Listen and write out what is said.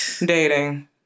Dating